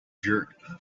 jerk